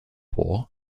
war